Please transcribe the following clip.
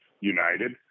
United